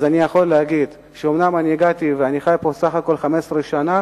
אני יכול להגיד שאומנם הגעתי ואני חי פה סך הכול 15 שנה,